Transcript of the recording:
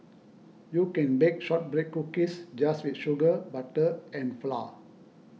you can bake Shortbread Cookies just with sugar butter and flour